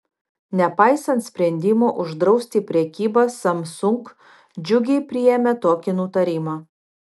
nepaisant sprendimo uždrausti prekybą samsung džiugiai priėmė tokį nutarimą